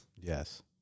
Yes